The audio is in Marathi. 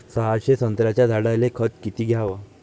सहाशे संत्र्याच्या झाडायले खत किती घ्याव?